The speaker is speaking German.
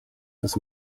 des